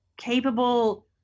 capable